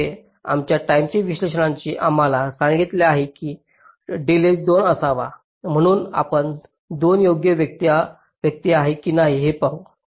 तर येथे आमच्या टाईम विश्लेषकांनी आम्हाला सांगितले की डिलेज 2 असावा म्हणून आपण 2 योग्य व्यक्ती आहे की नाही ते पाहू